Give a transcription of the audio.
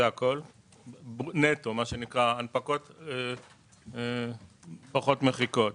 נטו הנפקות פחות מחיקות.